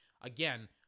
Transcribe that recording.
again